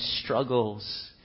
struggles